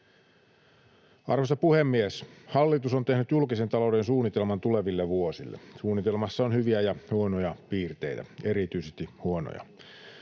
Arvoisa puhemies! Hallitus on tehnyt julkisen talouden suunnitelman tuleville vuosille. Suunnitelmassa on hyviä ja huonoja piirteitä, erityisesti huonoja.